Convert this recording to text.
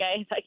Okay